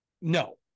no